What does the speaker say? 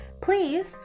please